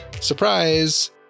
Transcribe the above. Surprise